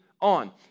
on